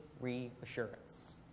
reassurance